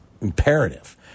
Imperative